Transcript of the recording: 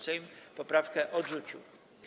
Sejm poprawkę odrzucił.